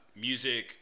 music